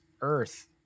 earth